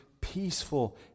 peaceful